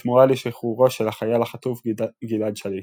בתמורה לשחרורו של החייל החטוף גלעד שליט.